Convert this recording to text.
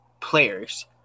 players